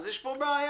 אז יש פה בעיה.